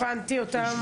הבנתי אותן.